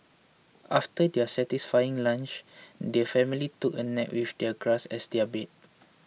after their satisfying lunch the family took a nap with the grass as their bed